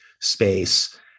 space